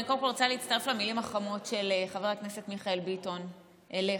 אני רוצה להצטרף למילים החמות של חבר הכנסת מיכאל ביטון אליך,